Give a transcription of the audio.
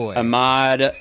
Ahmad